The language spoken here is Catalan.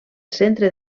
centre